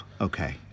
Okay